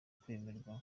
kwemerwa